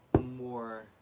More